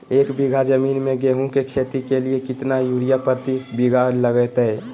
एक बिघा जमीन में गेहूं के खेती के लिए कितना यूरिया प्रति बीघा लगतय?